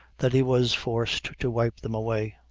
that he was forced to wipe them away.